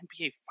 NBA